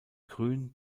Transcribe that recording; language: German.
grün